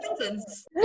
sentence